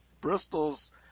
Bristol's